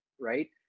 right